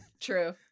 True